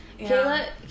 Kayla